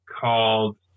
called